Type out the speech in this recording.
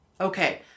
Okay